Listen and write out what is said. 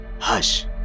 Hush